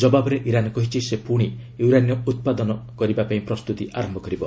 ଜବାବ୍ରେ Iran କହିଛି ସେ ପୁଣି ୟୁରାନିୟମ୍ ଉତ୍ପାଦନ କରିବାକୁ ପ୍ରସ୍ତୁତି ଆରମ୍ଭ କରିବ